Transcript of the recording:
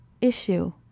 issue